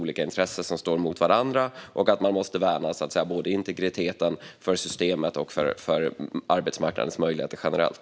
Olika intressen står mot varandra, och man måste värna integriteten både för systemet och för arbetsmarknadens möjligheter generellt.